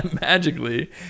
magically